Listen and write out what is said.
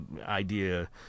idea